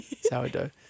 Sourdough